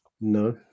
No